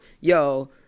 yo